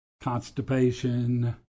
constipation